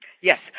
Yes